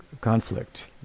conflict